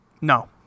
No